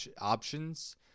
options